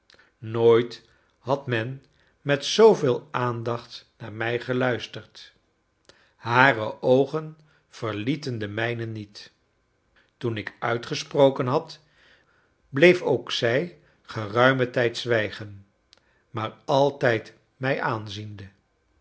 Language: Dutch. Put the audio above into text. nooit had men met zooveel aandacht naar mij geluisterd hare oogen verlieten de mijne niet toen ik uitgesproken had bleef ook zij geruimen tijd zwijgen maar altijd mij aanziende